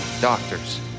doctors